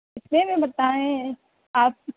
کتنے میں بتائیں آپ